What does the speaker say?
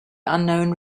unknown